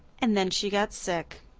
and then she got sick.